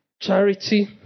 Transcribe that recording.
Charity